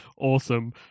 Awesome